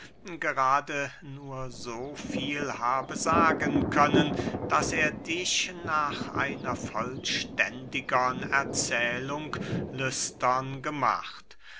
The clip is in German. gerade nur so viel habe sagen können daß er dich nach einer vollständigern erzählung lüstern gemacht